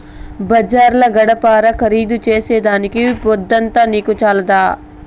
బజార్ల గడ్డపార ఖరీదు చేసేదానికి పొద్దంతా నీకు చాలదా